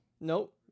Nope